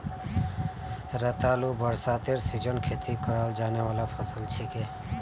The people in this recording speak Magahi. रतालू बरसातेर सीजनत खेती कराल जाने वाला फसल छिके